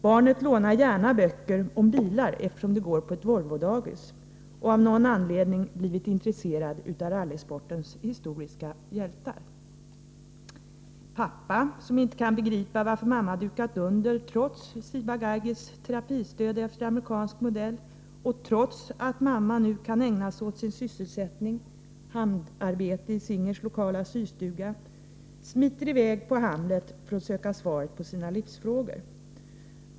Barnet lånar gärna böcker om bilar eftersom det går på Volvo-dagis och av någon anledning blivit intresserad av rallysportens historiska hjältar. Pappa, som inte kan begripa varför mamma dukat under, trots Ciba Geigys terapistöd efter amerikansk modell och trots att mamma nu kan ägna sig åt sin sysselsättning — handarbete —i Singers lokala systuga, smiter i väg på Hamlet för att söka svaret på sina livsfrågor.